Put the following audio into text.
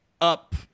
up